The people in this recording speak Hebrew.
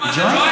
מה זה ג'וינט?